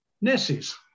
nesses